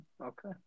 Okay